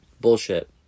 Bullshit